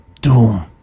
Doom